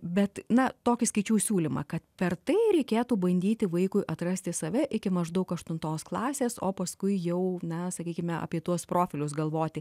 bet na tokį skaičiau siūlymą kad per tai reikėtų bandyti vaikui atrasti save iki maždaug aštuntos klasės o paskui jau na sakykime apie tuos profilius galvoti